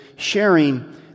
sharing